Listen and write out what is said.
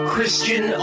Christian